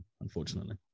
unfortunately